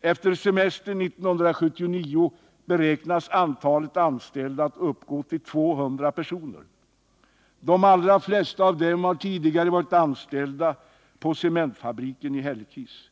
Efter semestern 1979 beräknas antalet anställda uppgå till 200 personer. De allra flesta av dem har tidigare varit anställda på cementfabriken i Hällekis.